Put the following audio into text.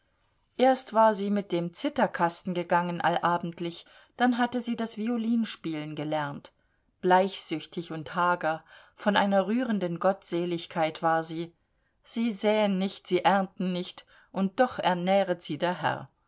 erst war sie mit dem zitherkasten gegangen allabendlich dann hatte sie das violinspielen gelernt bleichsüchtig und hager von einer rührenden gottseligkeit war sie sie säen nicht sie ernten nicht und doch ernähret sie der herr